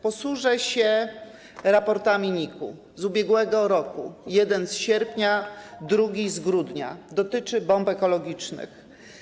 Posłużę się raportami NIK-u z ubiegłego roku, jeden jest z sierpnia, drugi z grudnia, dotyczy to bomb ekologicznych.